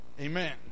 Amen